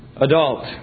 adult